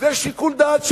זה שיקול דעת שלו.